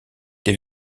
des